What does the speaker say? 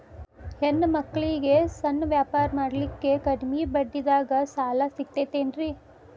ಹೆಣ್ಣ ಮಕ್ಕಳಿಗೆ ಸಣ್ಣ ವ್ಯಾಪಾರ ಮಾಡ್ಲಿಕ್ಕೆ ಕಡಿಮಿ ಬಡ್ಡಿದಾಗ ಸಾಲ ಸಿಗತೈತೇನ್ರಿ?